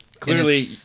Clearly